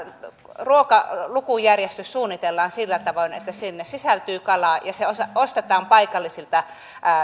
ruokalukujärjestys suunnitellaan sillä tavoin että sinne sisältyy kalaa ja se ostetaan paikallisilta